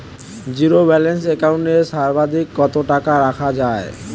Zero balance account এ সর্বাধিক কত টাকা রাখা য়ায়?